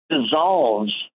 dissolves